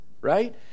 right